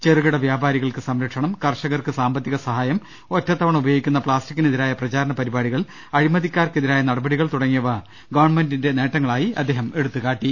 ചെറുകിട വ്യാപാരികൾക്ക് സംരക്ഷണം കർഷകർക്ക് സാമ്പ ത്തികസഹായം ഒറ്റത്തവണ ഉപയോഗിക്കുന്ന പ്ലാസ്റ്റിക്കിനെതിരായ പ്രചാ രണ പരിപാടികൾ അഴിമതിക്കാർക്കെതിരായ നടപടികൾ തുടങ്ങിയവ ഗവൺമെന്റിന്റെ നേട്ടങ്ങളായി അദ്ദേഹം എടുത്തുകാട്ടി